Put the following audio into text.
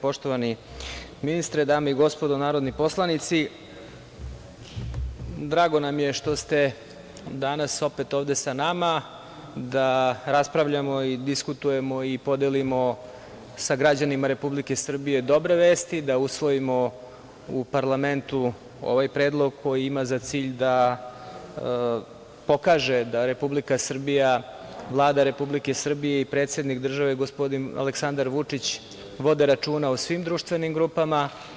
Poštovani ministre, dame i gospodo narodni poslanici, drago nam je što ste danas opet ovde sa nama da raspravljamo i diskutujemo i podelimo sa građanima Republike Srbije dobre vesti, da usvojimo u parlamentu ovaj predlog koji ima za cilj da pokaže da Republika Srbija, Vlada Republike Srbije i predsednik države, gospodin Aleksandar Vučić, vode računa o svim društvenim grupama.